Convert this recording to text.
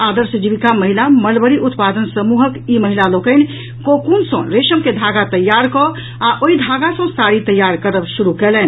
आदर्श जीविका महिला मलबरी उत्पादन समूहक ई महिला लोकनि कोकून सॅ रेशम के धागा तैयार कऽ आ ओहि धागा सॅ साड़ी तैयार करब शुरू कयलनि